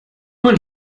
man